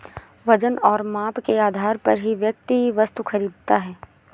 वजन और माप के आधार पर ही व्यक्ति वस्तु खरीदता है